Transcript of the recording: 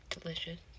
delicious